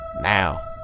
Now